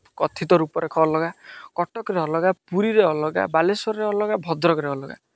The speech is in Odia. କଥିତ ରୂପରେଖ ଅଲଗା କଟକରେ ଅଲଗା ପୁରୀରେ ଅଲଗା ବାଲେଶ୍ଵରରେ ଅଲଗା ଭଦ୍ରକରେ ଅଲଗା